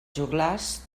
joglars